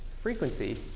frequency